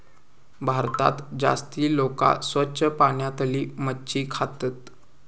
भारतात जास्ती लोका स्वच्छ पाण्यातली मच्छी खातत